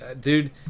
Dude